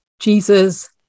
Jesus